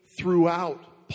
throughout